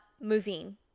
moving